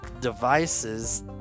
devices